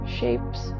shapes